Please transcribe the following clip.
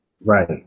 Right